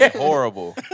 horrible